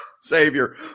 Savior